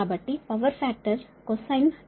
కాబట్టి power factor cosine 10